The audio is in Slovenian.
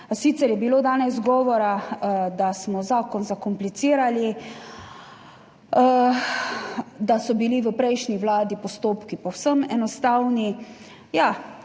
Sicer je bilo danes govora, da smo zakon zakomplicirali, da so bili v prejšnji vladi postopki povsem enostavni.